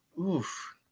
Oof